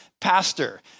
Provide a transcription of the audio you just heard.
pastor